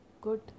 good